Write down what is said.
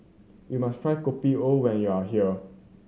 you must try Kopi O when you are here